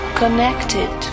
connected